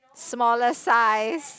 smaller size